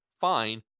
fine